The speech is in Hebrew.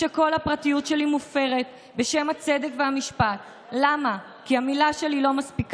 אומרת: אני נמצאת בשלב במשפט שבניגוד לרצוני הפסיכולוגית